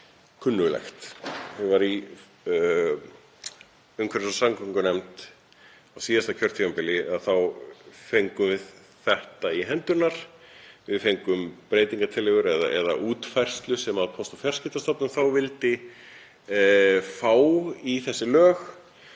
Ég var í umhverfis- og samgöngunefnd á síðasta kjörtímabili og þá fengum við þetta í hendurnar. Við fengum breytingartillögur eða útfærslu sem þá Póst- og fjarskiptastofnun vildi fá í þessi lög